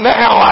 now